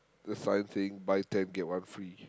the sign saying buy ten get one free